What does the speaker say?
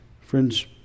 Friends